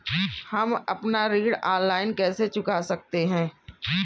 हम अपना ऋण ऑनलाइन कैसे चुका सकते हैं?